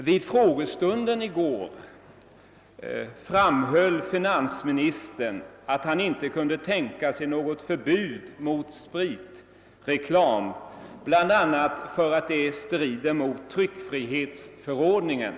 Vid frågestunden i går sade finansministern att han inte kunde tänka sig något förbud mot spritreklam, bland annat därför att det strider mot tryckfrihetsförordningen.